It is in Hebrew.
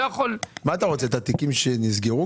מה אתה רוצה, את התיקים שנסגרו?